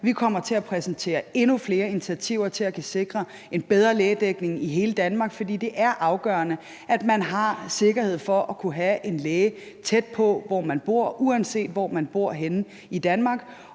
Vi kommer til at præsentere endnu flere initiativer til at sikre en bedre lægedækning i hele Danmark, for det er afgørende, at man har sikkerhed for at kunne have en læge tæt på, hvor man bor, uanset hvor man bor henne i Danmark,